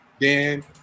Dan